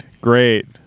great